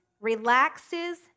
relaxes